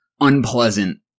Unpleasant